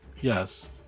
Yes